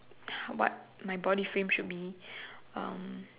what my body frame should be um